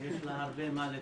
יש לה הרבה מה לתרום.